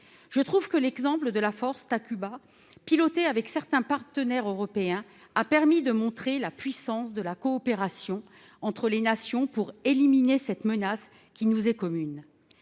À mon sens, l'exemple de la force Takuba, pilotée avec certains partenaires européens, a permis de montrer la puissance de la coopération entre les nations pour éliminer cette menace qui nous est commune.